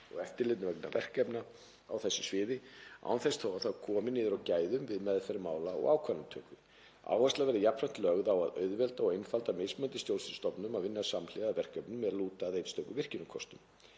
og eftirliti vegna verkefna á þessu sviði án þess þó að það komi niður á gæðum við meðferð mála og ákvarðanatöku. Áhersla verður jafnframt lögð á að auðvelda og einfalda mismunandi stjórnsýslustofnunum að vinna samhliða að verkefnum er lúta að einstökum virkjunarkostum.